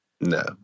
No